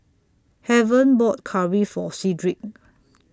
Heaven bought Curry For Cedric